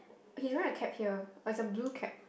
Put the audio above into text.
is he wearing cap here is a blue cap